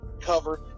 cover